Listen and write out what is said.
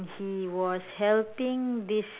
he was helping this